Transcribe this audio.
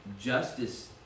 justice